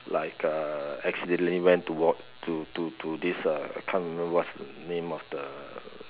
like uh accidentally went to walk to to to this uh can't remember what's the name of the